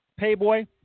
Payboy